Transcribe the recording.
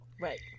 Right